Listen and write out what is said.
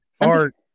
art